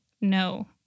no